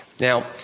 Now